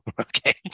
okay